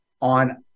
on